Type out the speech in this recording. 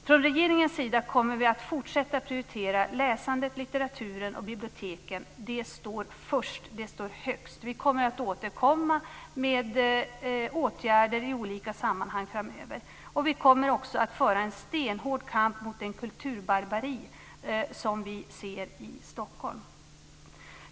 Från regeringens sida kommer vi att fortsätta prioritera läsandet, litteraturen och biblioteken. Det står först. Det står högst. Vi kommer att återkomma med åtgärder i olika sammanhang framöver, och vi kommer också att föra en stenhård kamp mot det kulturbarbari som vi ser i Stockholm.